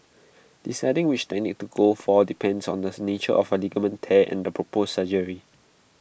deciding which technique to go for depends on the nature of A ligament tear and the proposed surgery